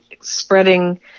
spreading